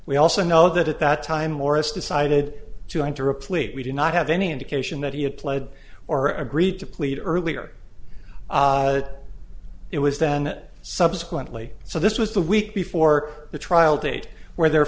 we also know that at that time morris decided to enter a plea we do not have any indication that he had pled or agreed to plead earlier it was then subsequently so this was the week before the trial date where the